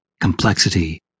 complexity